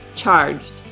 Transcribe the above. Charged